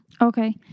okay